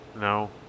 No